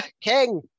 King